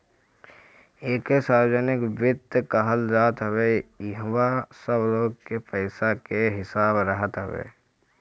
एके सार्वजनिक वित्त कहल जात हवे इहवा सब लोग के पईसा के हिसाब रहत हवे